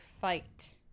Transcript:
fight